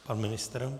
Pan ministr?